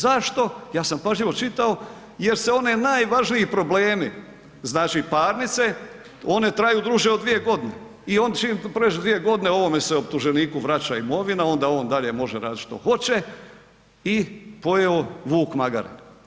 Zašto, ja sam pažljivo čitao jer se oni najvažniji problemi, znači parnice, one traju duže od 2 g. i čim pređe 2 g., ovome se optuženiku vraća imovina, onda on dalje može radit što hoće i pojeo vuk magare.